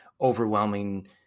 overwhelming